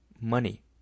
money